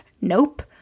Nope